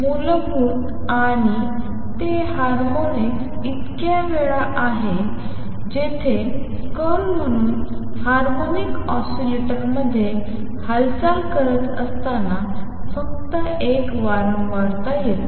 मूलभूत आणि ते हार्मोनिक्स इतक्या वेळा आहे जेथे कण म्हणून हार्मोनिक ऑसीलेटरमध्ये हालचाल करत असताना फक्त एक वारंवारता देते